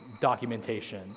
documentation